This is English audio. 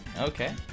Okay